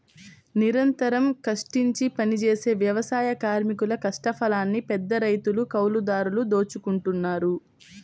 నిరంతరం కష్టించి పనిజేసే వ్యవసాయ కార్మికుల కష్టఫలాన్ని పెద్దరైతులు, కౌలుదారులు దోచుకుంటన్నారు